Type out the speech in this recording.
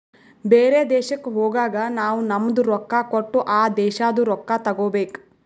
ಬೇರೆ ದೇಶಕ್ ಹೋಗಗ್ ನಾವ್ ನಮ್ದು ರೊಕ್ಕಾ ಕೊಟ್ಟು ಆ ದೇಶಾದು ರೊಕ್ಕಾ ತಗೋಬೇಕ್